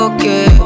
Okay